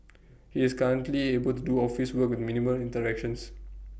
he is currently able to do office work with minimal interactions